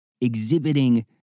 exhibiting